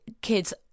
kids